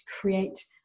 create